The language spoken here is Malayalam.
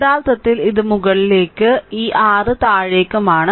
യഥാർത്ഥത്തിൽ ഇത് മുകളിലേക്ക് ഇ r താഴേയ്ക്കുമാണ്